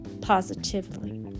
positively